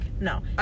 No